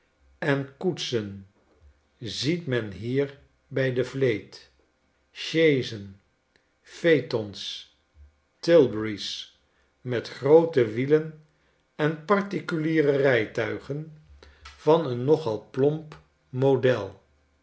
en koetsen ziet men hier bij de vleet sjeezen phaetons tilbury's met groote wielen en particuliere rijtuigen van een nogal plomp model